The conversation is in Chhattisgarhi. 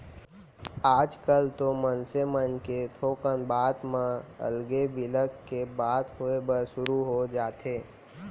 आजकल तो मनसे मन के थोकन बात म अलगे बिलग के बात होय बर सुरू हो जाथे